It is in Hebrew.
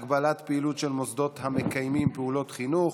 (הגבלת פעילות של מוסדות המקיימים פעולות חינוך)